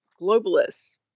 globalists